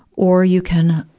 or you can,